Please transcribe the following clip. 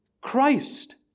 Christ